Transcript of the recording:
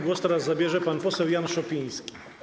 Głos teraz zabierze pan poseł Jan Szopiński.